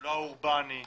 לא האורבני,